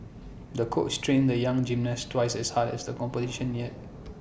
the coach trained the young gymnast twice as hard as the competition neared